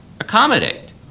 accommodate